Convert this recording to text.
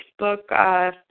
Facebook